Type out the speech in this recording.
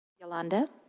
Yolanda